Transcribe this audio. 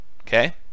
okay